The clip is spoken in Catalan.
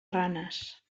ranes